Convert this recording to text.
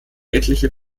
etliche